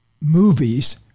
movies